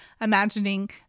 imagining